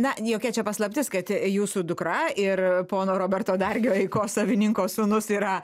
na jokia čia paslaptis kad jūsų dukra ir pono roberto dargio eikos savininko sūnus yra